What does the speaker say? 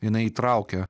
jinai įtraukia